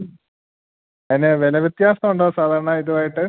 അതിന് വില വ്യത്യാസമുണ്ടോ സാധാരണ ഇതുമായിട്ട്